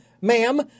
ma'am